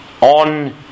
on